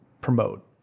promote